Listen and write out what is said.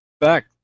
Back